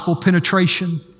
penetration